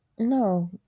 No